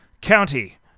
county